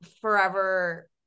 forever